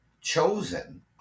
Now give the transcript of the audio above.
chosen